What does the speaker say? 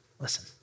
Listen